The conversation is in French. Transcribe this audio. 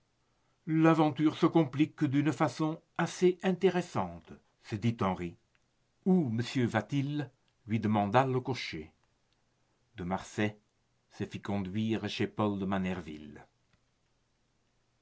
l'aventure se complique d'une façon assez intéressante se dit henri où monsieur va-t-il lui demanda le cocher de marsay se fit conduire chez paul de manerville